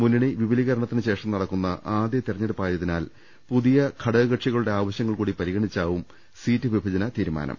മുന്നണി വിപുലീകര ണത്തിനുശേഷം നടക്കുന്ന ആദ്യ തെരഞ്ഞെടുപ്പായതിനാൽ പുതിയ ഘട കക്ഷികളുടെ ആവശ്യങ്ങൾ കൂടി പരിഗണിച്ചാവും സീറ്റുവിഭജന തീരു മാനം